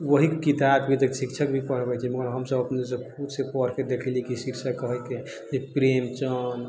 वएह किताबके जे शिक्षक भी पढबै छै मगर हमसब अपनेसँ खुदसँ पढ़िकऽ देखली कि शीर्षक प्रेमचन्द